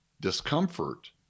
discomfort